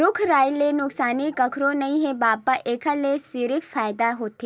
रूख राई ले नुकसानी कखरो नइ हे बबा, एखर ले सिरिफ फायदा होथे